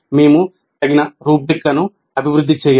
మేము తగిన రుబ్రిక్లను అభివృద్ధి చేయాలి